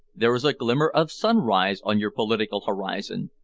there is a glimmer of sunrise on your political horizon.